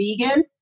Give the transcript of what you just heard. vegan